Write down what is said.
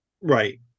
right